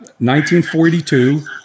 1942